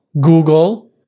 Google